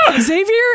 Xavier